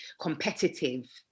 competitive